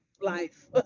life